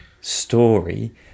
story